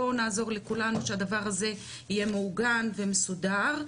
בואו נעזור לכולם שהדבר הזה יהיה מאורגן ומסודר.